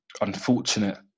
unfortunate